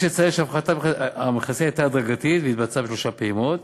יש לציין שהפחתת המכסים הייתה הדרגתית והתבצעה בשלוש פעימות,